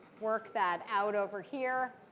work that out over here.